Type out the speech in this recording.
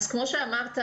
אז כמו שאמרת,